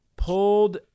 Pulled